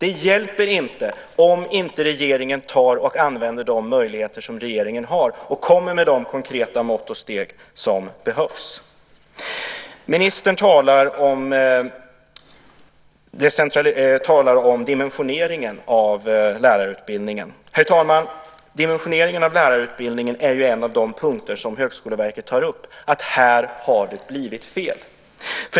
Det hjälper inte om inte regeringen tar och använder de möjligheter som regeringen har och kommer med de konkreta mått och steg som behövs. Ministern talar om dimensioneringen av lärarutbildningen. Herr talman! Dimensioneringen av lärarutbildningen är ju en av de punkter som Högskoleverket tar upp, att här har det blivit fel.